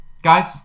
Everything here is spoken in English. Guys